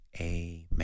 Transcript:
amen